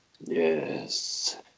Yes